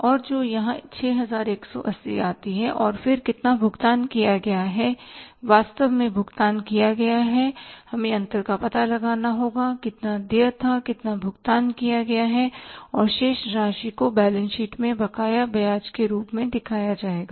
और जो यहां 6180 आती है और फिर कितना भुगतान किया गया है वास्तव में भुगतान किया गया है हमें अंतर का पता लगाना होगा कितना देय था कितना भुगतान किया गया है और शेष राशि को बैलेंस शीट में बकाया ब्याज के रूप में दिखाया जाएगा